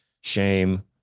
Shame